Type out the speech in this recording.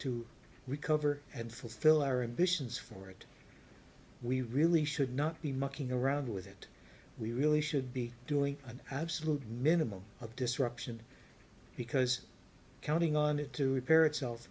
to recover and fulfil our ambitions for it we really should not be mucking around with it we really should be doing an absolute minimum of disruption because counting on it to repair itself